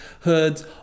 hoods